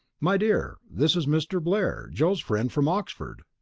my dear, this is mr. blair, joe's friend from oxford.